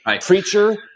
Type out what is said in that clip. preacher